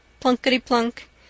plunkety-plunk